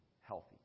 healthy